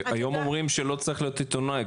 היום אומרים שלא צריך להיות עיתונאי,